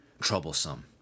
troublesome